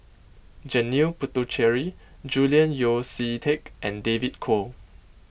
Janil Puthucheary Julian Yeo See Teck and David Kwo